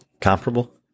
comparable